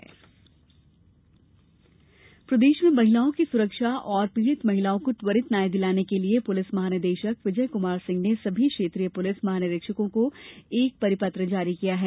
महिला सुरक्षा प्रदेश में महिलाओं की सुरक्षा एवं पीड़ित महिलाओं को त्वरित न्याय दिलाने के लिए पुलिस महानिदेशक विजय कुमार सिंह ने सभी क्षेत्रीय पुलिस महानिरीक्षकों को एक परिपत्र जारी किया है